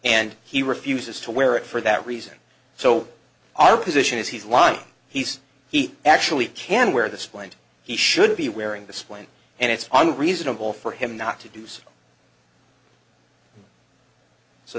and he refuses to wear it for that reason so our position is he's lying he says he actually can wear the splint he should be wearing the splint and it's on reasonable for him not to do so